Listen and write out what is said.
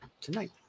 tonight